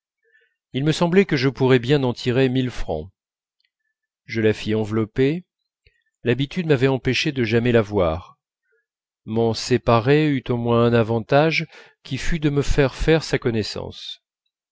il me semblait que je pourrais bien en tirer mille francs je la fis envelopper l'habitude m'avait empêché de jamais la voir m'en séparer eut au moins un avantage qui fut de me faire faire sa connaissance